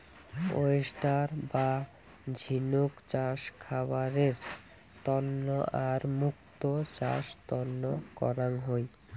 oyster বা ঝিনুক চাষ খাবারের তন্ন আর মুক্তো চাষ তন্ন করাং হই